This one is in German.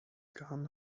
garn